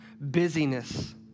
Busyness